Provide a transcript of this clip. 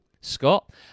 scott